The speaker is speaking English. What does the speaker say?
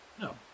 no